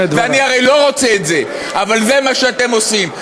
ואני הרי לא רוצה את זה, אבל זה מה שאתם עושים.